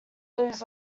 lose